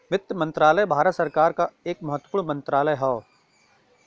वित्त मंत्रालय भारत सरकार क एक महत्वपूर्ण मंत्रालय हौ